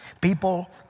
people